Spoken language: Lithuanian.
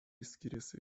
skiriasi